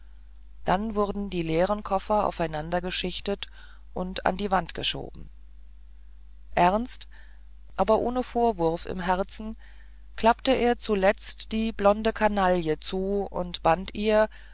dann wurden die leeren koffer aufeinandergeschichtet und an die wand geschoben ernst aber ohne vorwurf im herzen klappte er zuletzt die blonde kanaille zu und band ihr